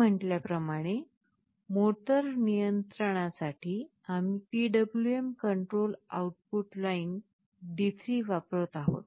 मी म्हटल्याप्रमाणे मोटर नियंत्रणासाठी आम्ही PWM control output line D3 वापरत आहोत